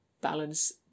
balance